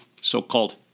so-called